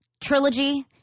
trilogy